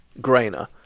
Grainer